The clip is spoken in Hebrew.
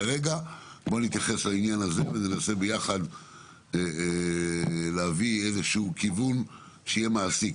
כרגע בואו נתמקד בעניין שלנו וננסה ביחד להביא איזשהו כיוון מעשי.